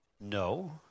No